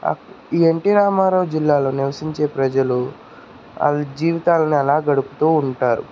ఈ ఎన్టి రామారావు జిల్లాలో నివసించే ప్రజలు వాళ్ళ జీవితాలను అలా గడుపుతూ ఉంటారు